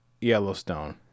Yellowstone